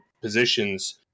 positions